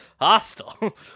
Hostile